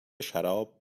شراب